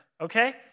okay